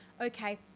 okay